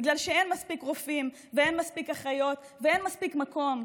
בגלל שאין מספיק רופאים ואין מספיק אחיות ואין מספיק מקום,